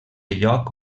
lloc